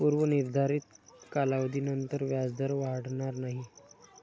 पूर्व निर्धारित कालावधीनंतर व्याजदर वाढणार नाही